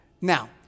Now